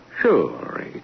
Sure